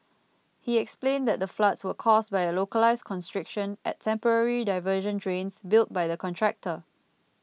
he explained that the floods were caused by a localised constriction at temporary diversion drains built by the contractor